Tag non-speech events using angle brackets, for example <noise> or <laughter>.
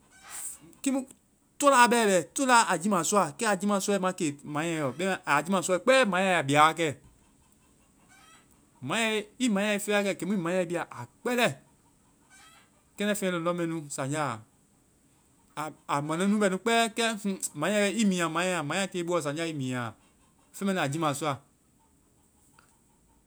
Kiimu tola bɛɛ bɛ. Tola! A jiima sɔa. Kɛ a jiimasɔɛ ma ke manyae yɔ. Bɛmãa a jiimasɔɛ kpɛɛ manyae ya bia wa kɛ. <noise> Manyae-i manyae fɛ wa kɛ, kɛmu i manyae bia, a <chicken in background> kpɛlɛ. A-a mande nu bɛ nu kpɛɛ kɛ, manyae, i miinya manyae a. Manyae a tiie i boɔ sanjáɔ, i minya a. Feŋ mɛ nu a jiimasɔa.